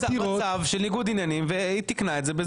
היא הייתה במצב של ניגוד עניינים והיא תיקנה את זה.